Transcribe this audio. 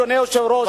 אדוני היושב-ראש,